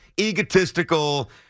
egotistical